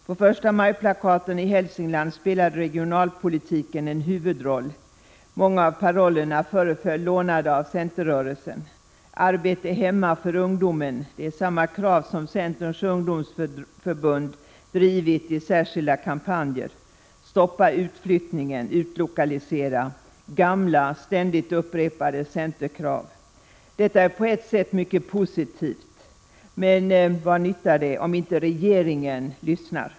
På förstamajplakaten i Hälsingland spelade regionalpolitiken en huvudroll, många av parollerna föreföll lånade av centerrörelsen. — Arbete hemma för ungdomen, det är samma krav som centerns ungdomsförbund drivit i särskilda kampanjer. Stoppa utflyttningen — utlokalisera! Gamla, ständigt upprepade centerkrav. Detta är på ett sätt mycket positivt. Men till vad nytta — om inte regeringen lyssnar.